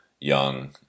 young